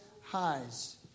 highs